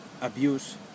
abuse